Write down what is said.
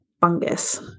fungus